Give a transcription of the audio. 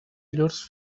llurs